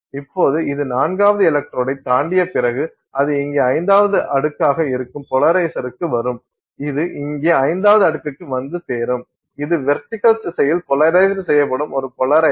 இப்போது இது நான்காவது எலக்ட்ரோடை தாண்டிய பிறகு அது இங்கே ஐந்தாவது அடுக்காக இருக்கும் போலரைசர்க்கு வரும் இது இங்கே ஐந்தாவது அடுக்குக்கு வந்து சேரும் இது வெர்டிகல் திசையில் போலரைஸ்டு செய்யப்படும் ஒரு போலரைசர்